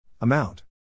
Amount